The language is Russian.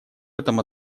этом